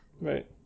right